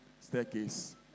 staircase